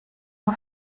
nur